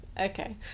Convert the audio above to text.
okay